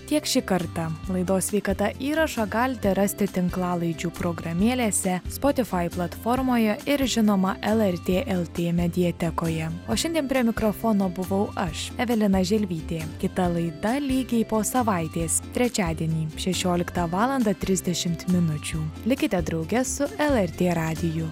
tiek šį kartą laidos sveikata įrašą galite rasti tinklalaidžių programėlėse spotifai platformoje ir žinoma lrt lt mediatekoje o šiandien prie mikrofono buvau aš evelina želvytė kita laida lygiai po savaitės trečiadienį šešioliktą valandą trisdešimt minučių likite drauge su lrt radiju